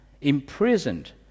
imprisoned